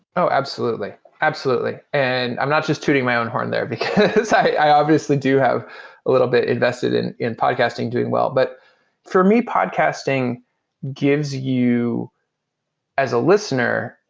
oh, absolutely. absolutely. and i'm not just tooting my own horn there, because i obviously do have a little bit invested in in podcasting doing well. but for me, podcasting gives you as a listener,